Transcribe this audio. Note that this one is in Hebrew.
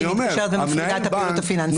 כי היא מתקשרת ומפרידה את הפעילות הפיננסית.